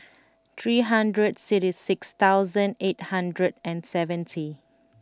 three hundred sixty six thousand eight hundred and seventy